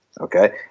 Okay